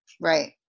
Right